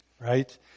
Right